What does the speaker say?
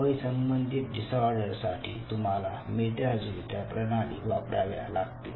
वय संबंधित डिसऑर्डरसाठी तुम्हाला मिळत्याजुळत्या प्रणाली वापराव्या लागतील